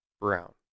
brown